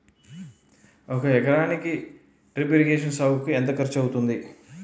ఒక ఎకరానికి drip irrigation సాగుకు ఎంత ఖర్చు అవుతుంది?